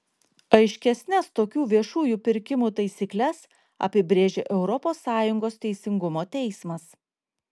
aiškesnes tokių viešųjų pirkimų taisykles apibrėžė europos sąjungos teisingumo teismas